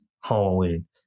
Halloween